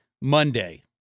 Monday